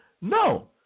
No